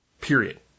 Period